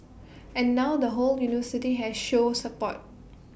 and now the whole university has show support